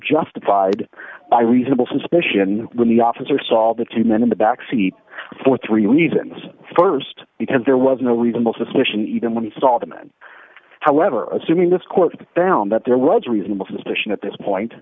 justified by reasonable suspicion when the officer saw the two men in the backseat for three reasons st because there was no reasonable suspicion even when he saw the man however assuming this court found that there was reasonable suspicion at this point